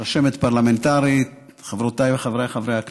רשמת פרלמנטרית, חברותיי וחבריי חברי הכנסת.